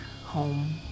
home